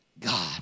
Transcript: God